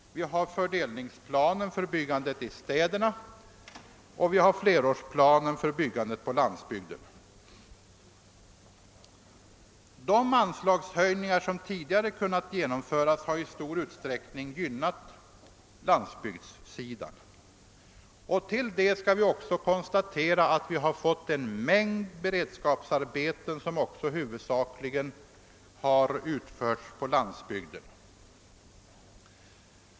Vi har fördelningsplanen för byggandet i städerna, och vi har flerårsplanen för byggandet på landsbygden. De anslagshöjningar som tidigare kunnat genomföras har i stor utsträckning gynnat landsbygdssidan. Därtill har vi fått en mängd beredskapsarbeten som också helt naturligt huvudsakligen utförs på landsbygden.